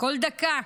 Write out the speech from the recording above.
כל דקה.